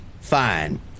fine